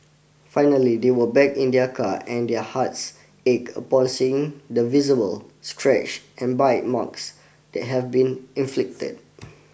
finally they went back in their car and their hearts ached upon seeing the visible scratches and bite marks that had been inflicted